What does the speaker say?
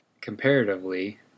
comparatively